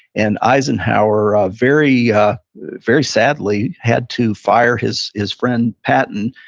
and eisenhower ah very very sadly had to fire his his friend patton.